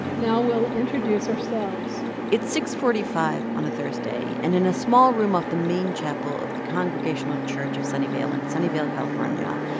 now, we'll introduce ourselves it's six forty five on a thursday. and in a small room off the main chapel of the congregational church of sunnyvale in sunnyvale, calif, yeah